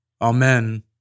Amen